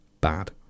bad